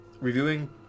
reviewing